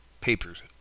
papers